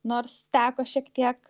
nors teko šiek tiek